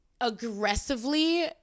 aggressively